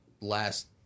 last